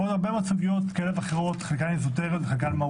יש עוד הרבה סוגיות קטנות וגדולות שהוועדה הזו תידרש להן.